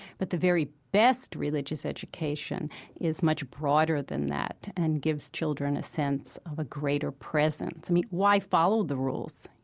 but the very best religious education is much broader than that and gives children a sense of a greater presence. i mean, why follow the rules, you